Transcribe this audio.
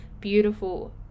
beautiful